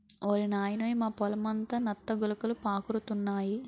ఓరి నాయనోయ్ మా పొలమంతా నత్త గులకలు పాకురుతున్నాయి